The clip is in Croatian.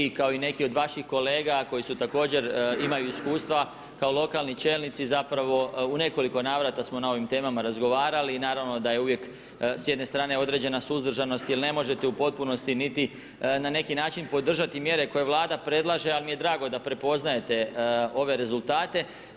I vi kao i neki od vaših kolega koji su također, imaju iskustva kao lokalni čelnici zapravo, u nekoliko navrata smo na ovim temama razgovarali, i naravno da je uvijek s jedne strane određena suzdržanost jer ne možete u potpunosti niti na neki način podržati mjere koje Vlada predlaže, al' mi je drago da prepoznajete ove rezultate.